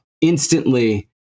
instantly